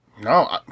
No